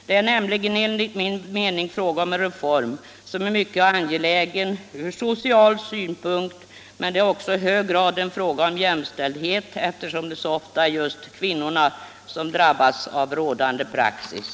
Det gäller enligt vår mening en reform som är mycket angelägen ur social synpunkt, men som också i hög grad rör en fråga om jämställdhet, eftersom det så ofta är just kvinnorna som drabbas av rådande praxis.